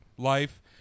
Life